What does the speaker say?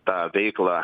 tą veiklą